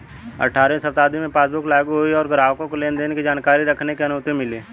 अठारहवीं शताब्दी में पासबुक लागु हुई और ग्राहकों को लेनदेन की जानकारी रखने की अनुमति मिली